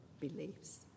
beliefs